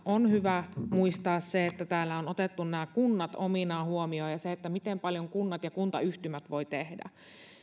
on hyvä muistaa se että täällä on otettu nämä kunnat ominaan huomioon ja se miten paljon kunnat ja kuntayhtymät voivat tehdä